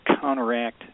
counteract